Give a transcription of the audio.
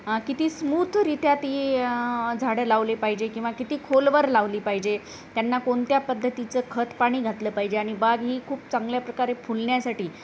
किती स्मूथरित्या ती झाडं लावले पाहिजे किंवा किती खोलवर लावली पाहिजे त्यांना कोणत्या पद्धतीचं खतपाणी घातलं पाहिजे आणि बाग ही खूप चांगल्या प्रकारे फुलण्यासाठी